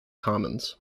commons